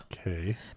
Okay